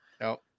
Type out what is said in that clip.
No